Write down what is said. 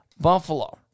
Buffalo